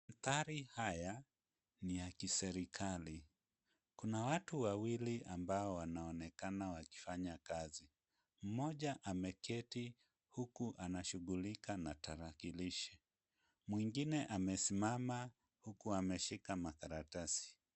Maanthari haya ni ya kiserikali. Kuna watu wawili ambao wanaonekana wakifanya kazi. Mmoja ameketi huku anashughulika na tarakilishi. Mwingine amesimama huku ameshika makaratasi.